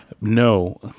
No